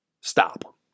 Stop